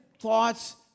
thoughts